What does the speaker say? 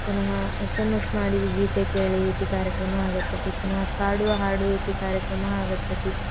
पुनः S M S माडि गीते केळि इति कार्यक्रमः आगच्छति पुनः काडुव हाडु इति कार्यक्रमः आगच्छति